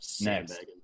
Next